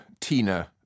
Tina